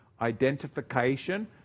Identification